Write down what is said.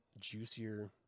juicier